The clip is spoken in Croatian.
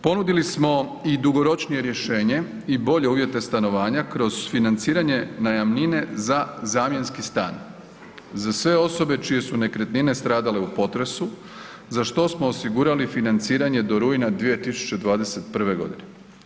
Ponudili smo i dugoročnije rješenje i bolje uvjete stanovanja kroz financiranje najamnine za zamjenski stan za sve osobe čije su nekretnine stradale u potresu, za što smo osigurali financiranje do rujna 2021. godine.